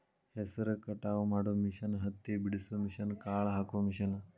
ಹೆಸರ ಕಟಾವ ಮಾಡು ಮಿಷನ್ ಹತ್ತಿ ಬಿಡಸು ಮಿಷನ್, ಕಾಳ ಹಾಕು ಮಿಷನ್